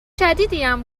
شدیدیم